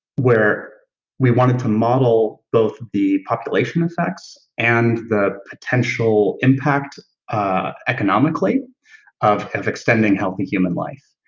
where we wanted to model both the population effects and the potential impact economically of and of extending healthy human life,